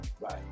Right